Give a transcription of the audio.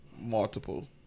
multiple